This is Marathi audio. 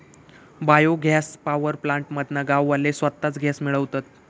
बायो गॅस पॉवर प्लॅन्ट मधना गाववाले स्वताच गॅस मिळवतत